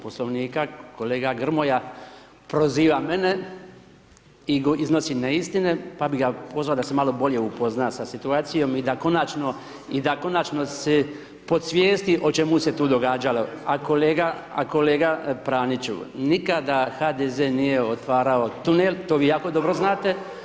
Poslovnika, kolega Grmoja proziva mene i iznosi neistine, pa bi ga pozvao da se malo bolje upozna sa situacijom i da konačno si podsvijesti o čemu se tu događalo, a kolega Praniću, nikada HDZ nije otvarao tunel, to vi jako dobro znate.